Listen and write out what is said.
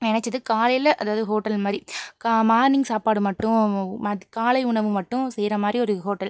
நினச்சுது காலையில் அதாவது ஹோட்டல் மாதிரி க மார்னிங் சாப்பாடு மட்டும் மத் காலை உணவு மட்டும் செய்கிற மாதிரி ஒரு ஹோட்டல்